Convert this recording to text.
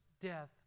death